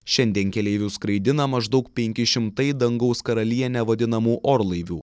šiandien keleivius skraidina maždaug penki šimtai dangaus karaliene vadinamų orlaivių